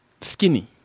skinny